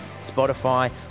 Spotify